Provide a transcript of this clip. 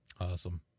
Awesome